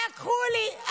לקחו לי.